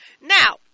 Now